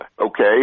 okay